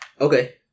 Okay